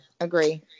Agree